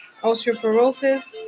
osteoporosis